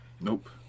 Nope